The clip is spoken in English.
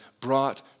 brought